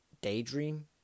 daydream